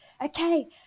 okay